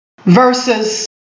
versus